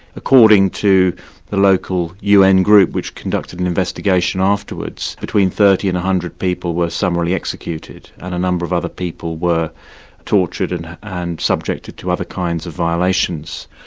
according to the local un group which conducted an investigation afterwards, between thirty and one hundred people were summarily executed, and a number of other people were tortured and and subjected to other kinds of violations.